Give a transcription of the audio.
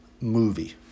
movie